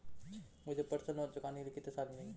मुझे personal loan चुकाने के लिए कितने साल मिलेंगे?